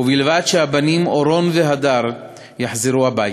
ובלבד שהבנים אורון והדר יחזרו הביתה"